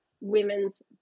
women's